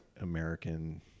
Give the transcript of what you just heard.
American